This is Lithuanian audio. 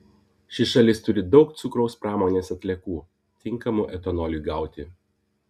ši šalis turi daug cukraus pramonės atliekų tinkamų etanoliui gauti